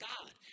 God